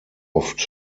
oft